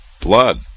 blood